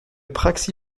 praxi